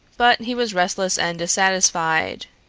but he was restless and dissatisfied.